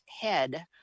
head